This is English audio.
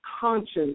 conscience